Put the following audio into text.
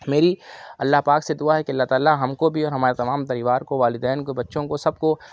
میری اللہ پاک سے دُعا ہے کہ اللہ تعالیٰ ہم کو بھی اور ہمارے تمام پریوار کو والدین کو بچوں کو سب کو